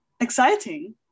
Exciting